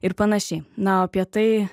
ir panašiai na o apie tai